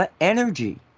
energy